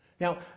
Now